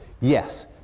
yes